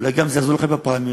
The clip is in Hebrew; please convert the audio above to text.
אולי זה גם יעזור לכם בפריימריז,